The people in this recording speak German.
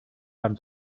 beim